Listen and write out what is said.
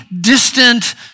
distant